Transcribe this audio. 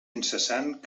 incessant